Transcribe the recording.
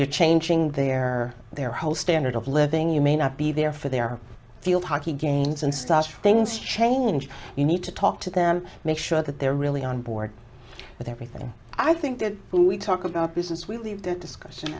you're changing their their whole standard of living you may not be there for their field hockey games and stuff things change you need to talk to them make sure that they're really on board with everything i think that when we talk about business we leave that discussion